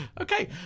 Okay